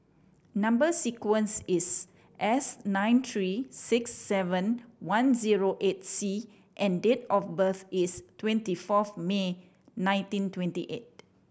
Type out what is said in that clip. number sequence is S nine three six seven one zero eight C and date of birth is twenty fourth May nineteen twenty eight